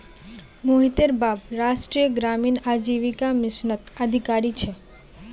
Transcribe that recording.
मोहितेर बाप राष्ट्रीय ग्रामीण आजीविका मिशनत अधिकारी छे